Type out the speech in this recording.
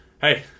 Hey